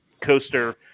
coaster